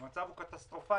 המצב הוא קטסטרופלי.